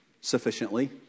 sufficiently